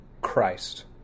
Christ